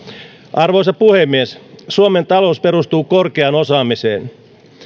arvoisa puhemies suomen talous perustuu korkeaan osaamiseen